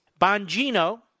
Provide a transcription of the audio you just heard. Bongino